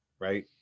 Right